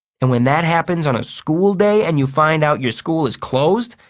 and when that happens on a school day and you find out your school is closed,